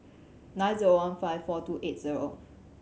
nine zero one five four two eight zero